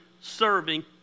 serving